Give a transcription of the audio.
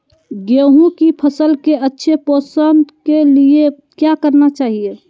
गेंहू की फसल के अच्छे पोषण के लिए क्या करना चाहिए?